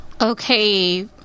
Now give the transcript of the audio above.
Okay